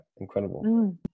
Incredible